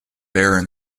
baran